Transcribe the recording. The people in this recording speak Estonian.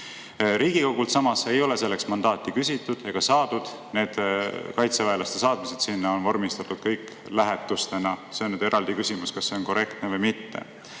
Riigikogult samas ei ole selleks mandaati küsitud ega saadud. Need kaitseväelaste saatmised sinna on vormistatud kõik lähetustena. See on eraldi küsimus, kas see on korrektne või mitte. Aga